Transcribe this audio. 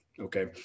okay